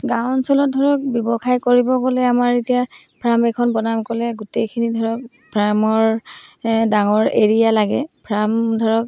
গাঁও অঞ্চলত ধৰক ব্যৱসায় কৰিব গ'লে আমাৰ এতিয়া ফ্ৰাম এখন বনাম ক'লে গোটেইখিনি ধৰক ফ্ৰামৰ ডাঙৰ এৰিয়া লাগে ফ্ৰাম ধৰক